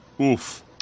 Oof